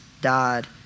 died